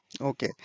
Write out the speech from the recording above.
Okay